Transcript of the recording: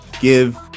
give